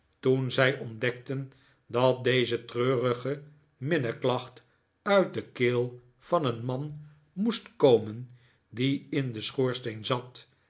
toen zij ontdekten dat deze treurige minneklacht uit de keel van een man moest komen die in den schoorsteen zat